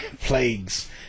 plagues